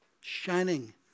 shining